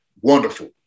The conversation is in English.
wonderful